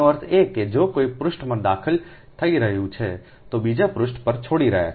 તેનો અર્થ એ કે જો કોઈ પૃષ્ઠમાં દાખલ થઈ રહ્યું છે તો બીજું પૃષ્ઠ પર છોડી રહ્યું છે